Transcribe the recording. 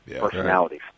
personalities